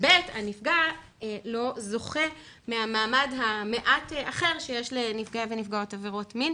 והנפגע לא זוכה למעמד המעט אחר שיש לנפגעי ונפגעות עבירות מין,